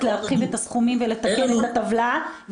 להרחיב את הסכומים ולתקן את הטבלה.